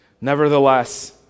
nevertheless